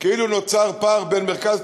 כאילו נוצר פער בין מרכז,